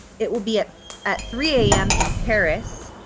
it will be at at three am in paris.